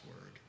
word